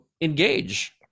engage